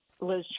Liz